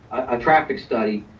ah traffic study.